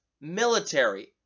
military